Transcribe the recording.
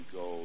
go